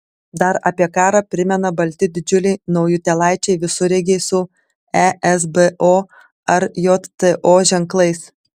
dar apie karą primena balti didžiuliai naujutėlaičiai visureigiai su esbo ar jto ženklais